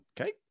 okay